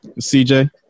CJ